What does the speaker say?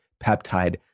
peptide